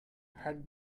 had